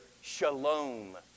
...shalom